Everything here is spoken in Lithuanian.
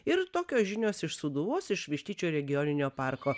ir tokios žinios iš sūduvos iš vištyčio regioninio parko